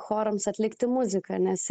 chorams atlikti muziką nes